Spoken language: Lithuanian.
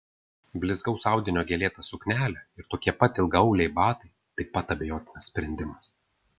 blizgaus audinio gėlėta suknelė ir tokie pat ilgaauliai batai taip pat abejotinas sprendimas